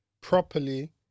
properly